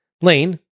Lane